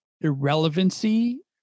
irrelevancy